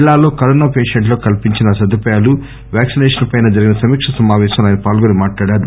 జిల్లాలో కరోనా పెపేంట్లకు కల్పించిన సదుపాయాలు వ్యాక్పినేషన్ పై జరిగిన సమీక్ష సమాపేశంలో ఆయన పాల్గొని మాట్లాడారు